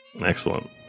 Excellent